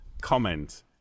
Comment